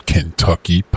Kentucky